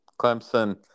Clemson